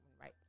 right